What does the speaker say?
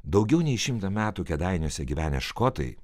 daugiau nei šimtą metų kėdainiuose gyvenę škotai